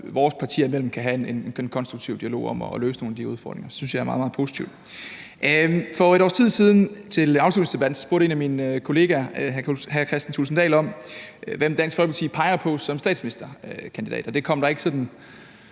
vores partier imellem kan have en konstruktiv dialog om at løse nogle af de udfordringer. Det synes jeg er meget, meget positivt. Under afslutningsdebatten for et års tid siden spurgte en af mine kollegaer hr. Kristian Thulesen Dahl om, hvem Dansk Folkeparti pegede på som statsministerkandidat, og det kom der ikke noget